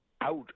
out